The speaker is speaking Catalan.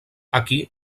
aquí